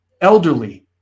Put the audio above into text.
elderly